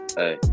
hey